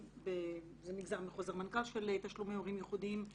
זה נגזר מחוזר מנכ"ל של תשלומי הורים יחודיים,